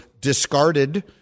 discarded